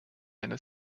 einer